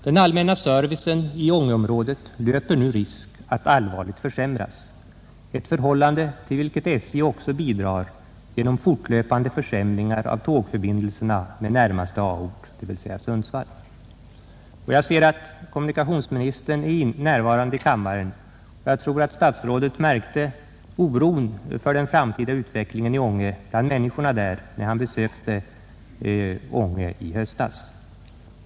Den allmänna servicen i Ångeområdet löper nu risk att allvarligt försämras, ett förhållande till vilket SJ också bidrar genom fortlöpande försämringar av tågförbindelserna med närmaste A-ort, dvs. Sundsvall. Jag ser att kommunikationsministern är närvarande i kammaren. Jag tror att han vid sitt besök i Ånge i höstas märkte oron bland människorna där för ortens framtida utveckling.